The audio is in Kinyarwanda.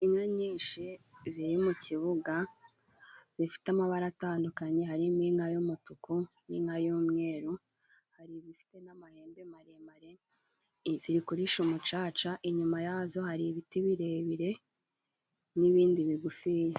Inka nyinshi ziri mu kibuga, zifite amabara atandukanye, harimo inka y'umutuku n'inka y'umweru, hari izifite n'amahembe maremare, ziri kurisha umucaca, inyuma yazo hari ibiti birebire n'ibindi bigufiya.